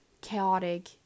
chaotic